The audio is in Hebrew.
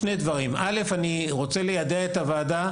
אני רוצה ליידע את הוועדה,